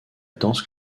danse